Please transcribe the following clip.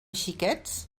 xiquets